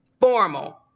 formal